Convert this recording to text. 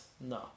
no